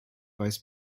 vice